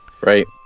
right